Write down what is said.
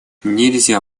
нельзя